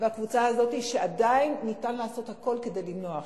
והקבוצה הזו שעדיין ניתן לעשות הכול כדי למנוע.